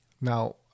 Now